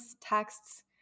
texts